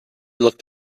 looked